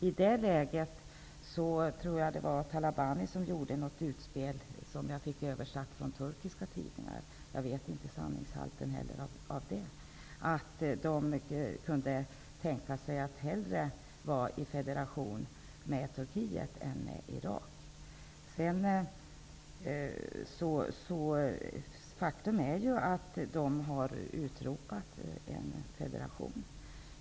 I det läget gjorde Talabani ett utspel -- jag fick det översatt från turkiska tidningar, och jag vet inte vilken sanningshalt det hade -- där han sade att de hellre kunde tänka sig att vara i federation med Turkiet än med Irak. Faktum är att kurderna har utropat en federation.